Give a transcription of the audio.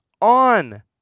on